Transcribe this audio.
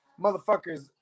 motherfuckers